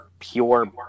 pure